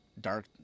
dark